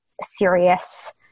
serious